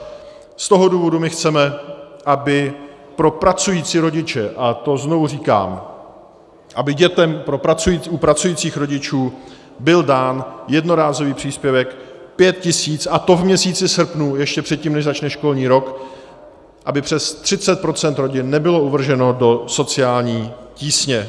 Z toho důvodu my chceme, aby pro pracující rodiče, a to znovu říkám aby dětem u pracujících rodičů byl dán jednorázový příspěvek 5 tisíc, a to v měsíci srpnu, ještě předtím, než začne školní rok, aby přes 30 % rodin nebylo uvrženo do sociální tísně.